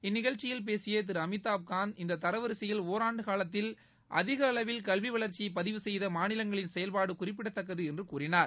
இந்நிகழ்ச்சியில் பேசிய திரு அமிதாப் காந்த் இந்த தரவரிசையில் ஒராண்டு காலத்தில் அதிகளவு கல்வி வளர்ச்சியை பதிவு செய்த மாநிலங்களின் செயல்பாடு குறிப்பிடத்தக்கது என்று கூறினார்